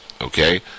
okay